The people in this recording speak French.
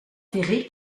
ferrée